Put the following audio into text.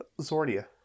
Zordia